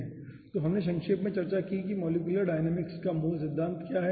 तो हमने संक्षेप में चर्चा की है कि मॉलिक्यूलर डायनामिक्स का मूल सिद्धांत क्या है